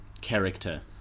character